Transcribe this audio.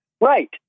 Right